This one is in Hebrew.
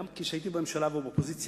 גם כשהייתי בממשלה והוא באופוזיציה,